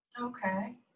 Okay